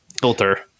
filter